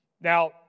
now